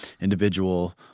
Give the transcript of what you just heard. individual